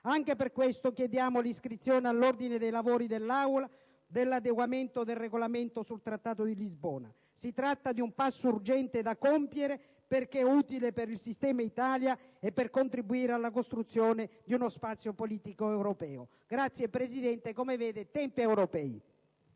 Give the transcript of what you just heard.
Anche per questo chiediamo l'iscrizione all'ordine dei lavori dell'Aula dell'adeguamento del Regolamento sul Trattato di Lisbona. Si tratta di un passo urgente da compiere perché utile per il sistema Italia e per contribuire alla costruzione di uno spazio politico europeo. Grazie Presidente, come vede ho mantenuto il